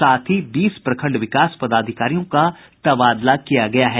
साथ ही बीस प्रखंड विकास पदाधिकारियों का तबादला किया गया है